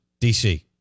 dc